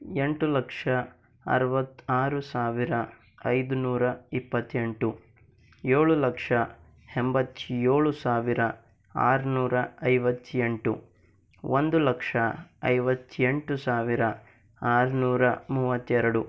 ಎಂಟು ಲಕ್ಷ ಅರವತ್ತ ಆರು ಸಾವಿರ ಐದು ನೂರ ಇಪ್ಪತ್ತೆಂಟು ಏಳು ಲಕ್ಷ ಎಂಬತ್ತೇಳು ಸಾವಿರ ಆರುನೂರ ಐವತ್ತೆಂಟು ಒಂದು ಲಕ್ಷ ಐವತ್ತೆಂಟು ಸಾವಿರ ಆರುನೂರ ಮೂವತ್ತೆರಡು